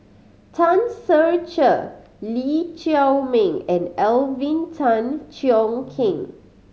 Tan Ser Cher Lee Chiaw Meng and Alvin Tan Cheong Kheng